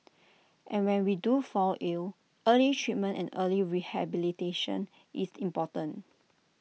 and when we do fall ill early treatment and early rehabilitation is important